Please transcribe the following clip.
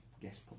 guess